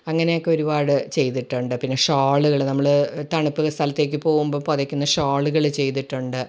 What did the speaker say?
അങ്ങനെയക്കെ ഒരുപാട് ചെയ്തിട്ടുണ്ട് പിന്നെ ഷോളുകൾ നമ്മള് തണുപ്പുള്ള സ്ഥലത്തേക്ക് പോകുമ്പോൾ പുതയ്ക്കുന്ന ഷോളുകൾ ചെയ്തിട്ടുണ്ട്